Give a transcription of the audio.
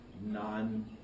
non